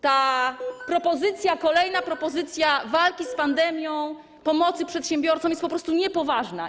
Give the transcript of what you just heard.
Ta propozycja, kolejna propozycja walki z pandemią, pomocy przedsiębiorcom jest po prostu niepoważna.